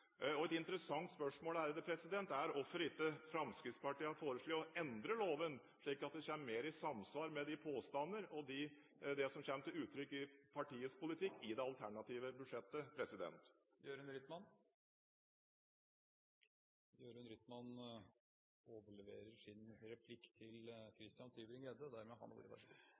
1990. Et interessant spørsmål er hvorfor ikke Fremskrittspartiet har foreslått å endre loven, slik at den blir mer i samsvar med partiets påstander og det som kommer til uttrykk i partiets politikk i det alternative budsjettet. Dette var tydeligvis en planlagt replikk